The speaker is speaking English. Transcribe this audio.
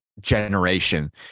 generation